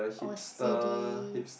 or C_Ds